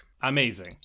Amazing